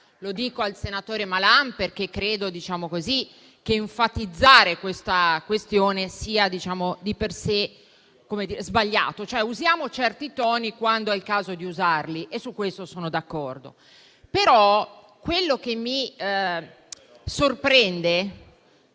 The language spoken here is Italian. Lo dico al senatore Malan perché credo che enfatizzare la questione sia di per sé sbagliato. Usiamo certi toni quando è il caso di usarli, e su questo sono d'accordo. Quello che però mi sorprende